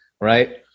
right